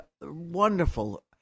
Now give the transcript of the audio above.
wonderful